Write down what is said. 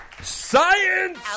Science